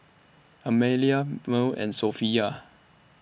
Amalia Mearl and Sophia